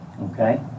Okay